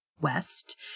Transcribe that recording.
west